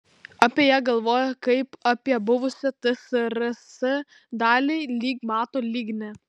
apie ją galvoja kaip apie buvusią tsrs dalį lyg mato lyg ne